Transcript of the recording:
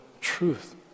Truth